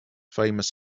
famous